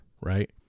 Right